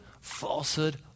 falsehood